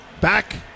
back